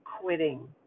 quitting